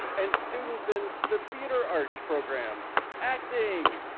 and students in the theatre arts programs, acting,